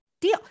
deal